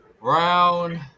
round